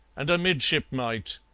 and a midshipmite,